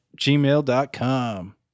gmail.com